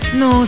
no